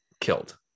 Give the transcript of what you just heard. killed